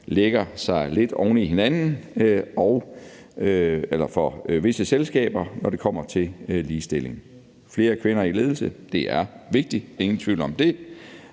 lægger sig lidt oveni hinanden for visse selskaber, når det kommer til ligestilling. Flere kvinder i ledelse er vigtigt, ingen tvivl om det,